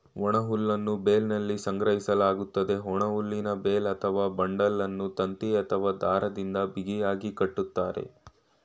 ಒಣಹುಲ್ಲನ್ನು ಬೇಲ್ನಲ್ಲಿ ಸಂಗ್ರಹಿಸಲಾಗ್ತದೆ, ಒಣಹುಲ್ಲಿನ ಬೇಲ್ ಅಥವಾ ಬಂಡಲನ್ನು ತಂತಿ ಅಥವಾ ದಾರದಿಂದ ಬಿಗಿಯಾಗಿ ಕಟ್ತರೆ